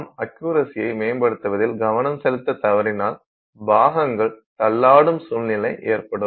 நாம் அக்யுரசியை மேம்படுத்தவதில் கவனம் செலுத்த தவறினால் பாகங்கள் தள்ளாடும் சூழ்நிலை ஏற்படும்